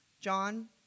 John